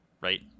right